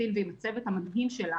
עם איריס פלורנטין ועם הצוות המדהים שלה.